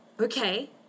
Okay